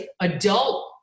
adult